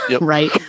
Right